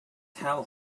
tell